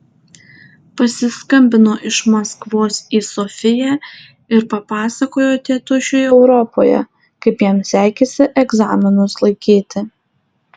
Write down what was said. pasiskambino iš maskvos į sofiją ir papasakojo tėtušiui europoje kaip jam sekėsi egzaminus laikyti